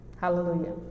Hallelujah